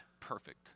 perfect